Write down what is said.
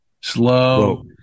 Slow